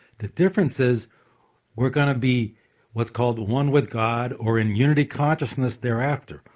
the difference is we're going to be what's called one with god or in unity consciousness thereafter.